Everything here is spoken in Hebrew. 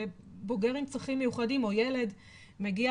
שבוגר עם צרכים מיוחדים או ילד מגיע